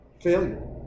failure